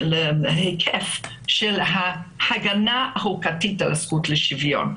להיקף של ההגנה החוקתית על הזכות לשוויון.